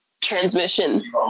transmission